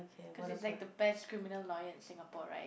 cause he's like the best criminal lawyer in Singapore right